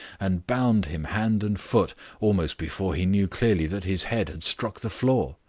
and bound him hand and foot almost before he knew clearly that his head had struck the floor.